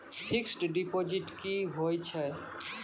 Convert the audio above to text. Fixed deposit की होय छै?